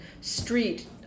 street